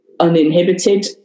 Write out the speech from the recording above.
uninhibited